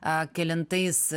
a kelintais